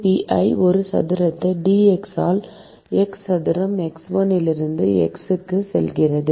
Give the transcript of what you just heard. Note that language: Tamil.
k pi ஒரு சதுரத்தை dx ஆல் x சதுரம் x1 இலிருந்து x க்கு செல்கிறது